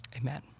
Amen